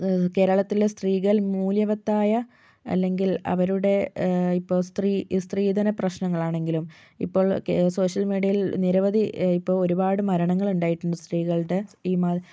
കേരളത്തിലെ സ്ത്രീകൾ മൂല്യവത്തായ അല്ലെങ്കിൽ അവരുടെ ഇപ്പോൾ സ്ത്രീ സ്ത്രീധന പ്രശ്നങ്ങളാണെങ്കിലും ഇപ്പോൾ സോഷ്യൽ മീഡിയയിൽ നിരവധി ഇപ്പോൾ ഒരുപാട് മരണങ്ങളുണ്ടായിട്ടുണ്ട് സ്ത്രീകളുടെ